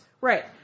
Right